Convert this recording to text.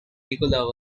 nikola